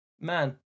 man